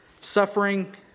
suffering